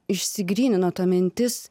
išsigrynino ta mintis